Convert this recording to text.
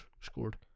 scored